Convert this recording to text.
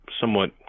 somewhat